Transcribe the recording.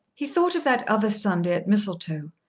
he thought of that other sunday at mistletoe,